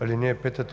5, т.